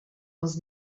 els